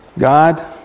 God